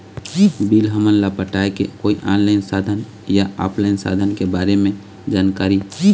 Bill हमन ला पटाए के कोई ऑनलाइन साधन या ऑफलाइन साधन के बारे मे जानकारी?